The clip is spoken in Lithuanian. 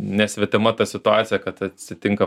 nesvetima ta situacija kad atsitinka